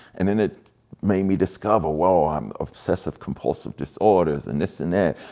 and then it made me discover, whoa, i'm obsessive compulsive disorders, and this and that,